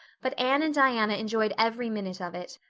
but anne and diana enjoyed every minute of it.